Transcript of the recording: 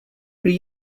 prý